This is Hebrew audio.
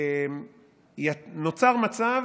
נוצר מצב